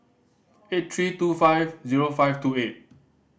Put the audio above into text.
eight three two five zero five two eight